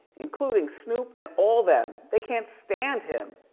including snoop and all them. they can't stand him.